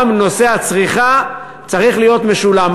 גם נושא הצריכה צריך להיות משולם.